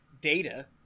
Data